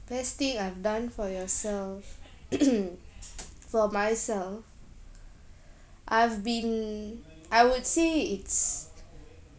best thing I've done for yourself for myself I've been I would say it's